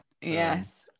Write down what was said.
yes